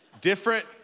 Different